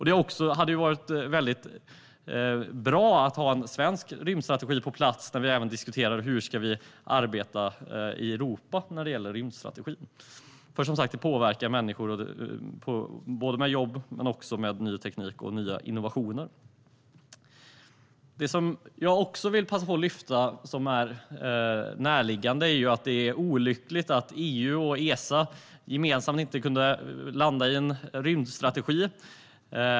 Det hade även varit väldigt bra att ha en svensk rymdstrategi på plats när vi diskuterade hur vi ska arbeta i Europa med en rymdstrategi. Det påverkar som sagt människor både vad gäller jobb och med ny teknik och nya innovationer. Jag vill även passa på att lyfta fram det närliggande faktumet att EU och Esa inte kunde landa i en gemensam rymdstrategi.